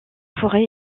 forêt